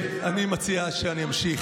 אני מציע שאני אמשיך.